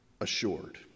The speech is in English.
assured